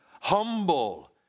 humble